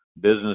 Business